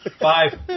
Five